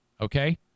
okay